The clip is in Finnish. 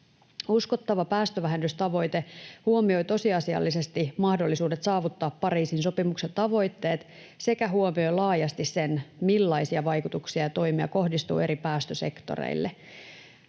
Uskottava päästövähennystavoite huomioi tosiasiallisesti mahdollisuudet saavuttaa Pariisin-sopimuksen tavoitteet sekä huomioi laajasti sen, millaisia vaikutuksia ja toimia kohdistuu eri päästösektoreille.